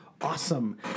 Awesome